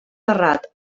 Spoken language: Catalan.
terrat